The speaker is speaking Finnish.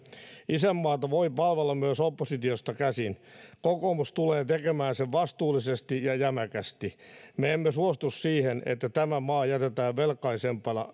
isänmaata voi palvella myös oppositiosta käsin kokoomus tulee tekemään sen vastuullisesti ja jämäkästi me emme suostu siihen että tämä maa jätetään velkaisempana